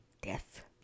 death